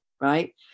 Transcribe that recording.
right